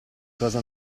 cosa